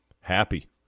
happy